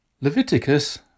Leviticus